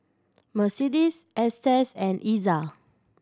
Mercedes Estes and Iza